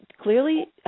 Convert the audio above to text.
clearly